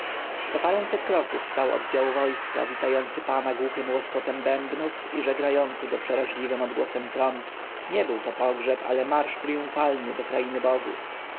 co paręset kroków stał oddział wojska witający pana głuchym łoskotem bębnów i żegnający go przeraźliwym odgłosem trąb nie był to pogrzeb ale marsz triumfalny do kraju bogów